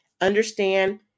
Understand